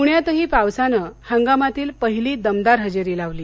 प्ण्यातही पावसानं हंगामातली पहिली दमदार हजेरी लावली